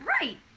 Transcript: Right